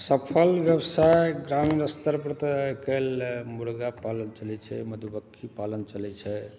सफल व्यवसाय ग्रामीण स्तर पर तऽ आइकाल्हि मुर्गा पालन चलै छै मधुमक्खी पालन चलै छै